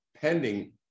pending